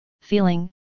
feeling